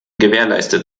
gewährleistet